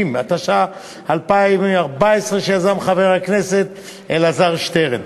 160), התשע"ה 2014, שיזם חבר הכנסת אלעזר שטרן.